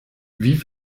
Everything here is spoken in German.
wie